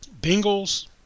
Bengals